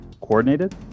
Coordinated